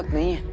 me